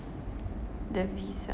the visa